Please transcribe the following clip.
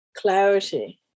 clarity